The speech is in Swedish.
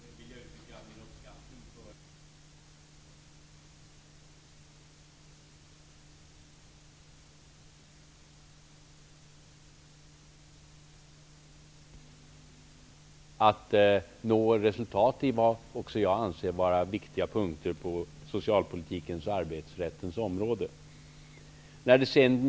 Herr talman! För det första vill jag uttrycka min uppskattning av Berit Löfstedts andra inlägg, som gjorde helt klart att hon inte vill ifrågasätta vår vilja -- möjligen vår förmåga -- att nå resultat när det gäller vad också jag anser vara viktiga punkter på socialpolitikens och arbetsrättens områden.